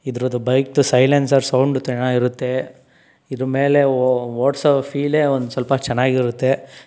ಇದ್ರದ್ದು ಬೈಕ್ದು silencer sound ಚೆನ್ನಾಗಿ ಇರುತ್ತೆ ಇದ್ರ ಮೇಲೆ ಓಡಿಸೋ ಫೀಲೇ ಒಂದು ಸ್ವಲ್ಪ ಚೆನ್ನಾಗಿ ಇರುತ್ತೆ